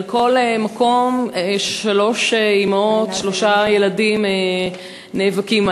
על כל מקום, שלוש אימהות, שלושה ילדים נאבקים.